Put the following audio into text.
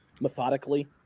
methodically